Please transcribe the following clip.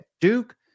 Duke